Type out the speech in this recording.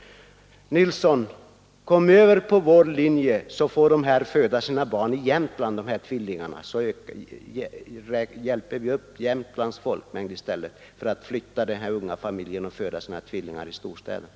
Kom över på vår linje, herr Nilsson, så får tvillingarna födas i Jämtland. På det sättet ökar vi Jämtlands folkmängd i stället för att familjen skall få sina tvillingar i storstäderna.